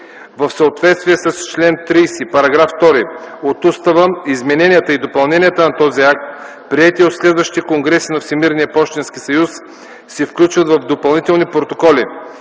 В съответствие с чл. 30, § 2 от Устава измененията и допълненията на този акт, приети от следващите конгреси на Всемирния пощенски съюз, се включват в допълнителни протоколи.